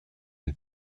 and